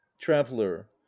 traveller